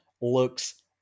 looks